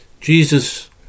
Jesus